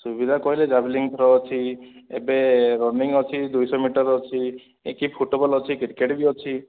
ସୁବିଧା କହିଲେ javelin throw ଅଛି ଏବେ ରନିଂ ଅଛି ଦୁଇ ଶହ ମିଟର ଅଛି ଏ କି ଫୁଟବଲ୍ ଅଛି କ୍ରିକେଟ୍ ବି ଅଛି